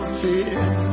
fear